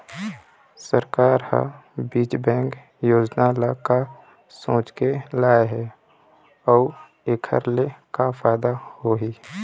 सरकार ह बीज बैंक योजना ल का सोचके लाए हे अउ एखर ले का फायदा होही?